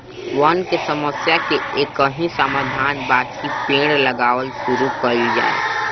वन के समस्या के एकही समाधान बाकि पेड़ लगावल शुरू कइल जाए